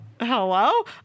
Hello